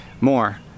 More